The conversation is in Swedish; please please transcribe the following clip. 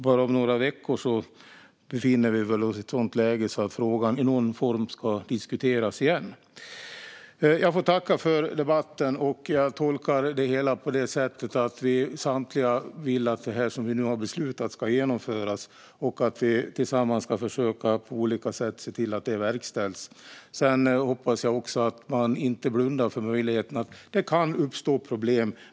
Bara om några veckor befinner vi oss alltså i ett sådant läge att frågan i någon form ska diskuteras igen. Jag får tacka för debatten. Jag tolkar det hela på det sättet att vi samtliga vill att det här som vi nu har beslutat ska genomföras och att vi tillsammans ska försöka att på olika sätt se till att det verkställs. Sedan hoppas jag också att man inte blundar för möjligheten att det kan uppstå problem.